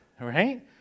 right